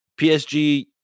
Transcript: PSG